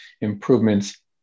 improvements